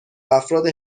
افراد